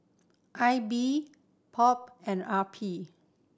I B POP and R P